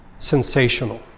sensational